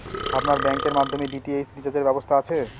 আপনার ব্যাংকের মাধ্যমে ডি.টি.এইচ রিচার্জের ব্যবস্থা আছে?